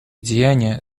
деяния